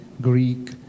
Greek